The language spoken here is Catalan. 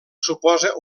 suposa